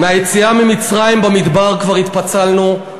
ביציאה ממצרים, במדבר כבר התפצלנו,